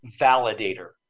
validator